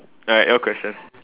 alright your question